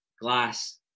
Glass